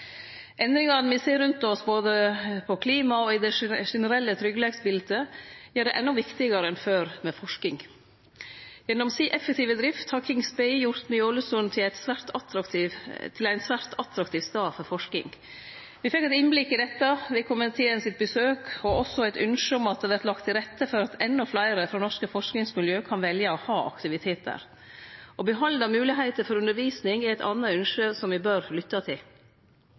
Endringane me ser rundt oss, både når det gjeld klima og det generelle tryggleiksbiletet, gjer det endå viktigare enn før med forsking. Gjennom den effektive drifta si har Kings Bay gjort Ny Ålesund til ein svært attraktiv stad for forsking. Ved komitébesøket fekk me eit innblikk i dette, og også eit ynske om at det vert lagt til rette for at endå fleire frå norske forskingsmiljø kan velje å ha aktivitet der. Å behalde moglegheita for undervising er eit anna ynske som me bør lytte til.